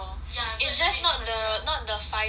it's just not the not the fire